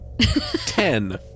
Ten